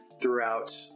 throughout